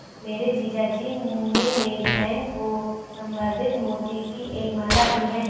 मेरे जीजा जी ने मेरी बहन को संवर्धित मोती की एक माला दी है